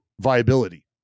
viability